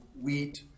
wheat